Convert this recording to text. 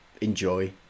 enjoy